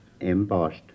Embossed